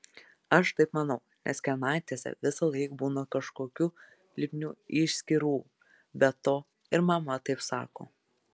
aš taip manau nes kelnaitėse visąlaik būna kažkokių lipnių išskyrų be to ir mama taip sako